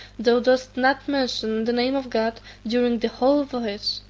thou dost not mention the name of god during the whole voyage.